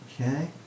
Okay